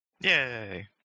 Yay